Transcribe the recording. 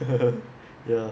ya